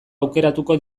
aukeratuko